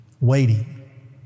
Waiting